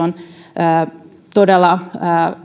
on todella